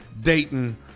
Dayton